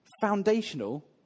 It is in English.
foundational